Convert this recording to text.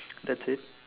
that's it